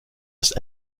ist